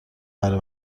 برا